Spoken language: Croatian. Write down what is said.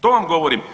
To vam govorim.